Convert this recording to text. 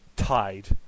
Tied